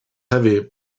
heavy